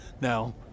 now